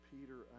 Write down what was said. Peter